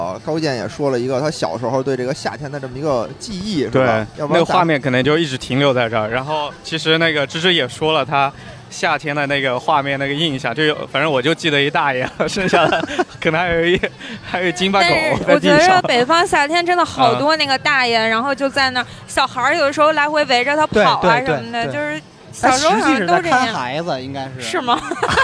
高健也说了一个他小时候对这个夏天的这么一个记忆，是吧？对，要不然那个咱们-画面可能就一直停留在这儿，然后其实那个芝芝也说了她夏天的那个画面，那个印象，就有- 反正我就记得一大爷， 剩下的可能还有一- 还有一金巴狗但是 在地上。 我觉得北方夏天真的好多嗯。那个大爷，然后就在那儿，小孩儿有的时候来回围着他对，跑啊对，什么的，对，就是对。小他时候好像实际是在都这样。看孩子，应该是。是吗？